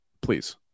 please